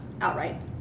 outright